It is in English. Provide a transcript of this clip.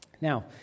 now